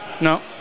No